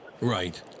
Right